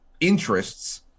interests